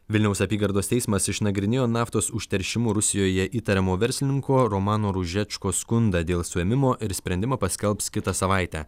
vilniaus apygardos teismas išnagrinėjo naftos užteršimu rusijoje įtariamo verslininko romano ružečko skundą dėl suėmimo ir sprendimą paskelbs kitą savaitę